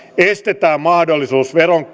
estetään mahdollisuus veronkiertoon vakuutuskuorilla